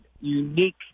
unique